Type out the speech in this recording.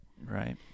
Right